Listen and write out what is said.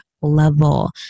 level